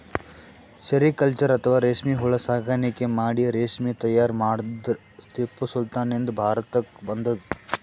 sericulture ಅಥವಾ ರೇಶ್ಮಿ ಹುಳ ಸಾಕಾಣಿಕೆ ಮಾಡಿ ರೇಶ್ಮಿ ತೈಯಾರ್ ಮಾಡದ್ದ್ ಟಿಪ್ಪು ಸುಲ್ತಾನ್ ನಿಂದ್ ಭಾರತಕ್ಕ್ ಬಂದದ್